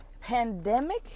pandemic